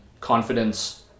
confidence